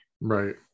right